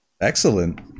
excellent